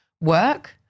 work